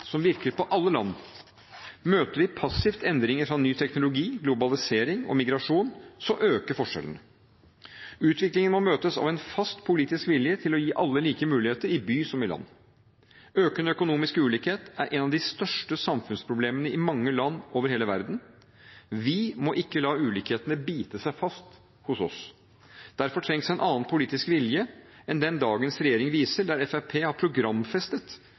som virker på alle land. Møter vi passivt endringer fra ny teknologi, globalisering og migrasjon, så øker forskjellene. Utviklingen må møtes av en fast politisk vilje til å gi alle like muligheter, i by som i land. Økende økonomisk ulikhet er et av de største samfunnsproblemene i mange land over hele verden. Vi må ikke la ulikhetene bite seg fast hos oss. Derfor trengs en annen politisk vilje enn den dagens regjering viser, der Fremskrittspartiet har programfestet